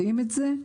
יודעים את זה?